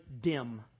dim